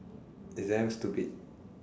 it's damn stupid